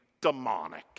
demonic